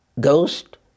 Ghost